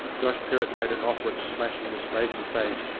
josh perrott made an offer at slashing the slaty face,